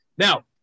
Now